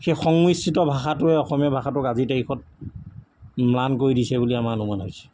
সেই সংমিশ্ৰিত ভাষাটোৱে অসমীয়া ভাষাটোক আজিৰ তাৰিখত ম্লান কৰি দিছে বুলি আমাৰ অনুমান হৈছে